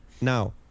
now